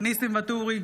ניסים ואטורי,